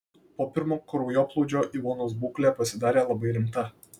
po pirmo kraujoplūdžio ivonos būklė pasidarė labai rimta